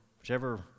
whichever